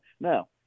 now